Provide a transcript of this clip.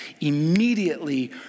immediately